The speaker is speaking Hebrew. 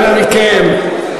אנא מכם,